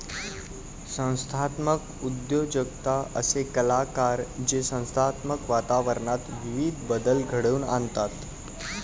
संस्थात्मक उद्योजकता असे कलाकार जे संस्थात्मक वातावरणात विविध बदल घडवून आणतात